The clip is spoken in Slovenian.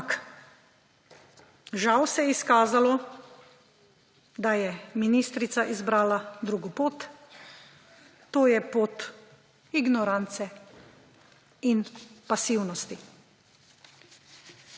ampak žal se je izkazalo, da je ministrica izbrala drugo pot, to je pot ignorance in pasivnosti.